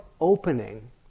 opening